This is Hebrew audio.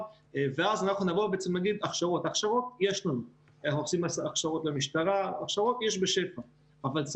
אני לא יודעת איך כל כך לאמוד את זה כי הרבה מהם מועסקים לא בשכר ולכן